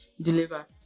deliver